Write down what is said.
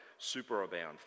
superabound